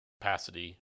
capacity